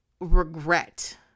regret